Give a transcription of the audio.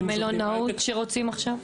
והמלונאות שרוצים עכשיו?